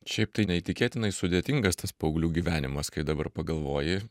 šiaip tai neįtikėtinai sudėtingas tas paauglių gyvenimas kai dabar pagalvoji